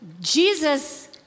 Jesus